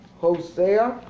Hosea